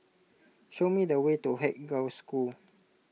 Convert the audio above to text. show me the way to Haig Girls' School